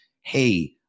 hey